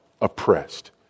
oppressed